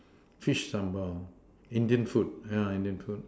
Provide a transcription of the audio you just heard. fish sambal Indian food Indian food